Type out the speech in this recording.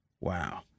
Wow